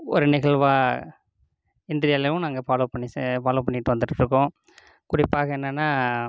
ஒரு நிகழ்வாக இன்றையளவும் நாங்கள் ஃபாலோவ் பண்ணி ஃபாலோவ் பண்ணிகிட்டு வந்துகிட்ருக்கோம் குறிப்பாக என்னன்னா